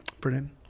Brilliant